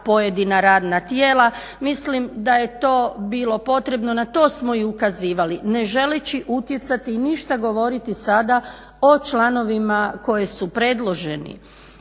pojedina radna tijela. Mislim da je to bilo potrebno, na to smo i ukazivali ne želeći utjecati i ništa govoriti sada o članovima koji su predloženi.